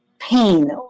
pain